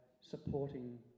supporting